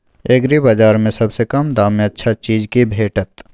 एग्रीबाजार में सबसे कम दाम में अच्छा चीज की भेटत?